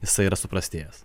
jisai yra suprastėjęs